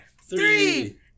three